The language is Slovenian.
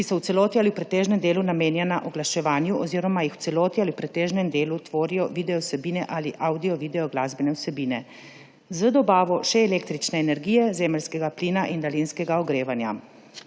ki so v celoti ali v pretežnem delu namenjena oglaševanju oziroma jih v celoti ali v pretežnem delu tvorijo videovsebine ali avdiovideo glasbene vsebine, z dobavo še električne energije, zemeljskega plina in daljinskega ogrevanja.